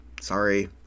Sorry